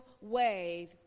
wave